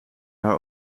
haar